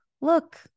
look